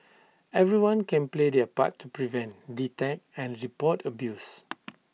everyone can play their part to prevent detect and report abuse